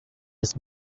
his